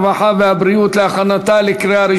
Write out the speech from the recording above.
הרווחה והבריאות נתקבלה.